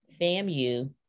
FAMU